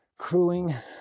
crewing